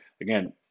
Again